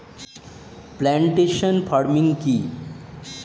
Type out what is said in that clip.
Plantation farming কি?